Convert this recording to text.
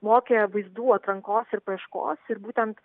mokė vaizdų atrankos ir paieškos ir būtent